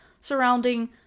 surrounding